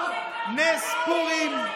כל נס פורים,